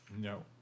No